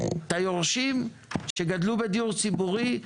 את היורשים שגדלו בדיור ציבורי,